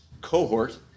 cohort